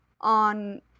on